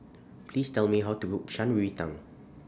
Please Tell Me How to Cook Shan Rui Tang